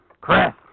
Chris